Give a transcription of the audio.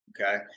okay